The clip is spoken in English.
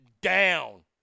down